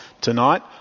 Tonight